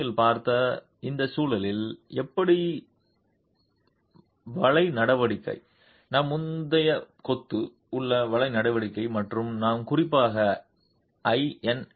நாம் உண்மையில் பார்த்த இந்த சூழலில் எப்படி வளைவு நடவடிக்கை நாம் முந்தைய கொத்து உள்ள வளைவு நடவடிக்கை மற்றும் நான் குறிப்பாக ஐ